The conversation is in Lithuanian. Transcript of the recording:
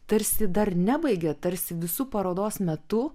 tarsi dar nebaigėt tarsi visu parodos metu